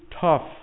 tough